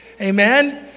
amen